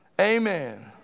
Amen